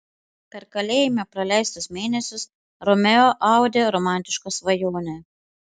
per kalėjime praleistus mėnesius romeo audė romantišką svajonę